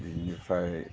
बेनिफ्राय